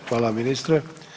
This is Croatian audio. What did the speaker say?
Hvala ministre.